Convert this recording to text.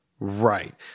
Right